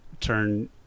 turn